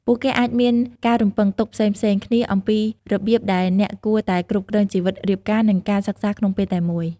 ពួកគេអាចមានការរំពឹងទុកផ្សេងៗគ្នាអំពីរបៀបដែលអ្នកគួរតែគ្រប់គ្រងជីវិតរៀបការ និងការសិក្សាក្នុងពេលតែមួយ។